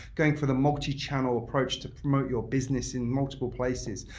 going for the multichannel approach to promote your business in multiple places.